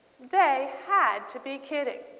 they had to be kidding.